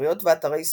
ספריות ואתרי ספורט,